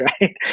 right